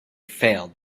failed